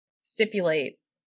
stipulates